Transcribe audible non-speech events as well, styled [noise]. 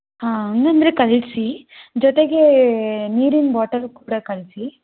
ಹಾಂ [unintelligible] ಕಳಿಸಿ ಜೊತೆಗೆ ನೀರಿನ ಬಾಟಲ್ ಕೂಡ ಕಳಿಸಿ